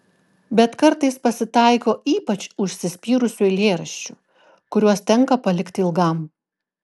bet kartais pasitaiko ypač užsispyrusių eilėraščių kuriuos tenka palikti ilgam